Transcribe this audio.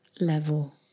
level